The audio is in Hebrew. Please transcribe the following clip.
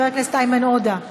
חבר הכנסת איימן עודה,